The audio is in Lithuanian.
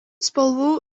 spalvų